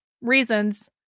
reasons